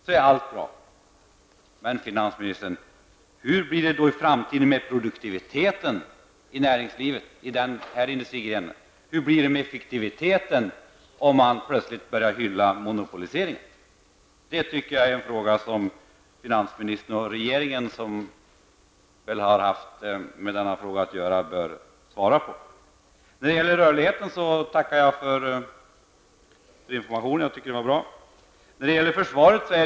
Hur blir det då med den framtida produktiviteten inom den här industrigrenen, herr finansminister? Hur blir det med effektiviteten om man plötsligt börjar hylla monopoliseringens lov? Den frågan tycker jag att finansministern och regeringen, som har haft med frågan att göra, bör svara på. Jag tackar för den information om rörligheten som jag fick. Det var en bra information.